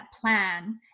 plan